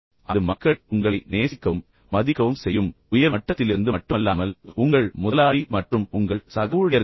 அது மக்கள் உங்களை நேசிக்கவும் உங்களை மதிக்கவும் செய்யும் உயர் மட்டத்திலிருந்து மட்டுமல்லாமல் அதாவது உங்கள் முதலாளி மற்றும் உங்கள் சக ஊழியர்கள் கூட